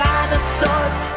Dinosaurs